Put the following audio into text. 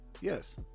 yes